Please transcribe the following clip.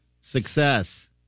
success